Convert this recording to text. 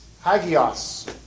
Hagios